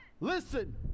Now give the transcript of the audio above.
Listen